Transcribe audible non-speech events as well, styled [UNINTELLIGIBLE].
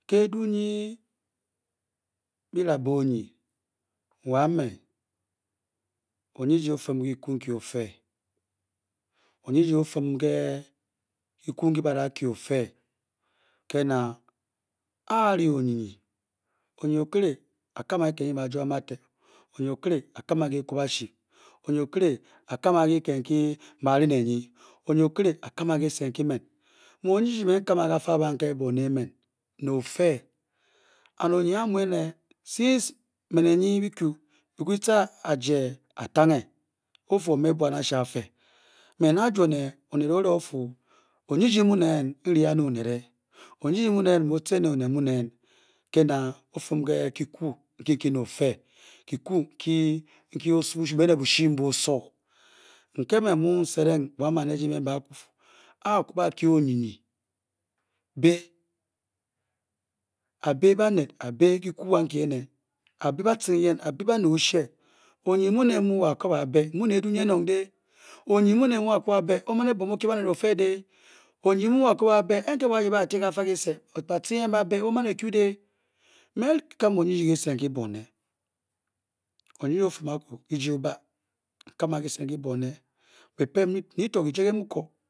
Ke eduu nkyi byidabe onyi wa me onyi eji o-dim ke kyiku nkyi ofe onyi eji o-fim ke kyiku nkyi badakye ofe ke na a a-ri onyiayi onyingi okiri a-kam a kyikit nkyi mbe ba jwap ng bato, okiri a-kam a ke ekwabashi onyinyi okiri a-kam a ke kyikit nkyi mbe ba-ri I ne nyi okiri a-kem a ke kyise emen me onyi eji n-Kam ke kafa kabam nke bone emen ne ofe [UNINTELLIGIBLE] since me ne nyi byi-Kyu kyi-ka kyi-ca aje atange oo-fwon me bwan bafee me nda-jwo ne onet o-raa o-Fu onyi eji mu n-ri a ne onet onyi eji mu mu o-cen n ne onet mun ke ne o-fim ke kyiku nkyi nkyi ne ofe kyiky nkyi nkyi ne bushi mbu osowo nke me mu n-set bwan bare eji mbe mbe aku ene A a-ku a-bat ebe onyi bi a-biri banet a-biri kyiku ankyi ene a-biri ba-cen eyen a-biri banet oshe onyinyi mu mu n-ku m-ba ebe mu ne eduu nkyi enong dii onyinyi mu mu n-ku m-ba ebe o-man ebwom o-kye banet ofe d onyinyi a wo a-yip e-ti ke kafa kyise cin eyen ba-be a-man ekyu di me n-Kam onyi eji ke kyise nkyi bone ndyi o-dim aky kyiji o-ba byi-pem nyi to kyije kyi-mu ko